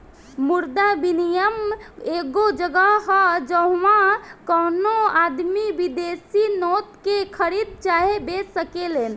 मुद्रा विनियम एगो जगह ह जाहवा कवनो आदमी विदेशी नोट के खरीद चाहे बेच सकेलेन